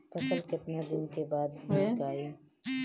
फसल केतना दिन बाद विकाई?